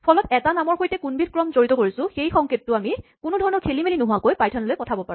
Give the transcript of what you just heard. ফলত এটা নামৰ সৈতে কোনবিধ ক্ৰম জড়িত কৰিছো সেইটো সংকেত কোনোধৰণৰ খেলিমেলি নোহোৱাকৈ আমি পাইথনলৈ পঠাব পাৰো